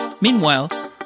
Meanwhile